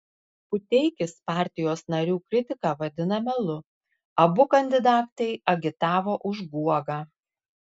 puteikis partijos narių kritiką vadina melu abu kandidatai agitavo už guogą